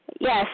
Yes